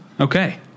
Okay